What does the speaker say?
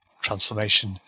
transformation